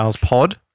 Pod